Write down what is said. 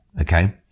okay